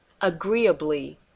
Agreeably